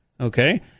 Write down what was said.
Okay